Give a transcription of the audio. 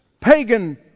pagan